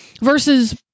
versus